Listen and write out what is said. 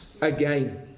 again